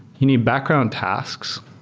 you need background tasks,